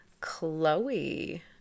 Chloe